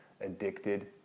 addicted